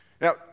Now